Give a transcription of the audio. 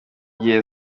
gihe